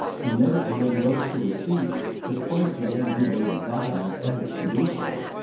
he never again rose to his feet but twice again he made violent efforts to do so.